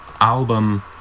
album